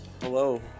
hello